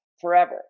forever